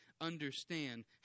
understand